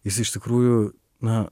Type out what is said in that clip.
jis iš tikrųjų na